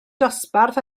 dosbarth